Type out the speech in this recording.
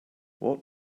what